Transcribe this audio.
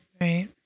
Right